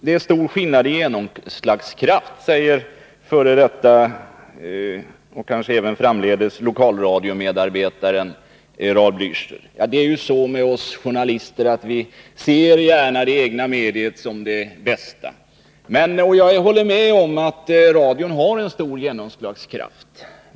Det är stor skillnad i fråga om genomslagskraft, säger lokalradiomedarbetaren Raul Blächer. Ja, det är så med oss journalister att vi gärna ser det egna mediet såsom det bästa. Jag håller med om att radion har stor genomslagskraft.